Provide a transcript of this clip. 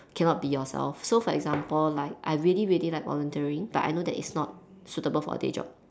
cannot be yourself so for example like I really really like volunteering but I know that it's not suitable for a day job